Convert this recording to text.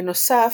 בנוסף,